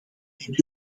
hebt